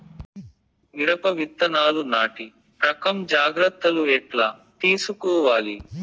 మిరప విత్తనాలు నాటి రకం జాగ్రత్తలు ఎట్లా తీసుకోవాలి?